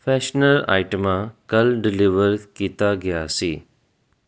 freshener ਆਈਟਮਾਂ ਕੱਲ੍ਹ deliver ਕੀਤਾ ਗਿਆ ਸੀ